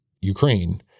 Ukraine